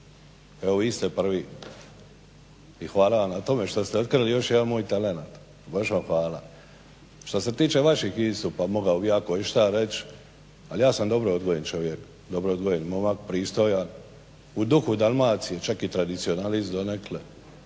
Evo vi ste prvi i hvala vam na tome što ste otkrili još jedan moj talent. Baš vam hvala. Što se tiče vaših istupa mogao bih ja koješta reći ali ja sam dobro odgojen čovjek, dobro odgojen momak, pristojan, u duhu Dalmacije čak i tradicionalist donekle